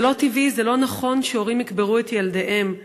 זה לא טבעי, זה לא נכון שהורים יקברו את ילדיהם.